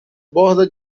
borda